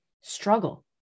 struggle